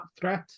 threat